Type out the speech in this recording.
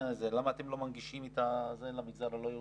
למה אתם לא מנגישים למגזר הלא היהודי,